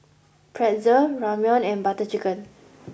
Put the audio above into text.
Pretzel Ramyeon and Butter Chicken